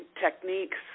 techniques